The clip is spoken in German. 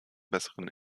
besseren